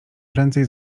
prędzej